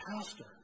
Pastor